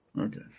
Okay